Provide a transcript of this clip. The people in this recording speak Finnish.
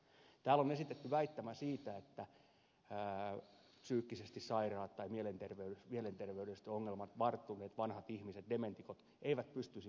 täällä on esitetty väittämä siitä että psyykkisesti sairaat tai mielenterveydellisistä ongelmista kärsivät varttuneet vanhat ihmiset dementikot eivät pystyisi palveluseteliä käyttämään